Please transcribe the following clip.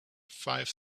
five